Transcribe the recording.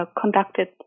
conducted